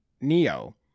Neo